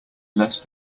less